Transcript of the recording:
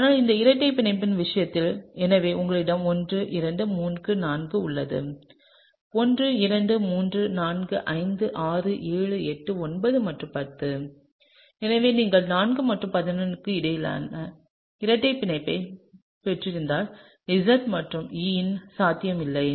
ஆனால் இந்த இரட்டை பிணைப்பின் விஷயத்தில் எனவே உங்களிடம் 1 2 3 4 உள்ளது 1 2 3 4 5 6 7 8 9 மற்றும் 10 எனவே நீங்கள் 4 மற்றும் 11 க்கு இடையில் இரட்டைப் பிணைப்பைப் பெற்றிருந்தால் Z மற்றும் E இன் சாத்தியம் இல்லை